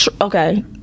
okay